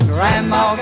Grandma